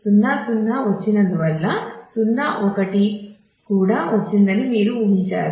0 0 వచినందువల్ల 0 1 కూడా వచ్చిందని మీరు ఊహించారు